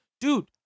Dude